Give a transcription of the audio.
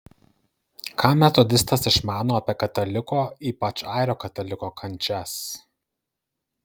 ką metodistas išmano apie kataliko ypač airio kataliko kančias